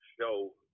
show